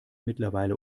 mittlerweile